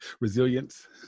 resilience